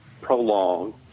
prolong